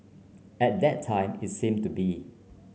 at that time it seemed to be